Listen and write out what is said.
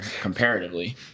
comparatively